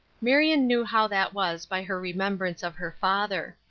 marion knew how that was by her remembrance of her father.